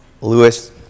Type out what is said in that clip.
Lewis